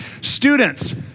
Students